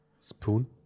Spoon